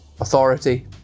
authority